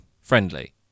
friendly